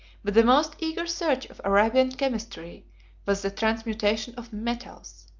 but the most eager search of arabian chemistry was the transmutation of metals,